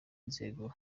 inzego